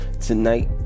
tonight